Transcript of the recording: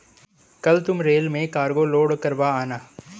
कल तुम रेल में कार्गो लोड करवा आना